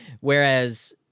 Whereas